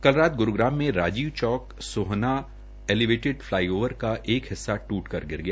कल रात ग्रूग्राम में राजीव चौक सोहना एलिवेटिड फलाईओवर का एक हिस्सा दूट कर गिर गया